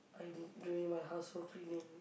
I'm doing my household cleaning